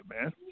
man